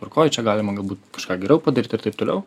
tvarkoj čia galima galbūt kažką geriau padaryt ir taip toliau